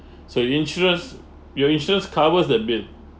so insurance your insurance covers the bill